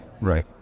Right